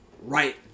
right